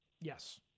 Yes